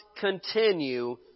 continue